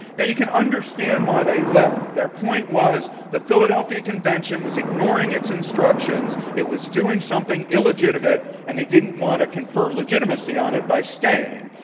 you can understand why they left. their point was the philadelphia convention was ignoring its instructions. it was doing something illegitimate. and they didn't want to confer legitimacy on it by staying.